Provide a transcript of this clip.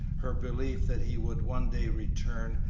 her belief that he would one day return,